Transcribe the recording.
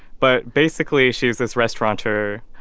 but, basically, she was this restauranteur.